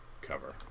cover